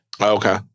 Okay